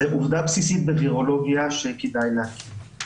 זו עובדה בסיסית בווירולוגיה שכדאי להכיר.